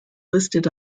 listed